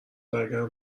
برگردم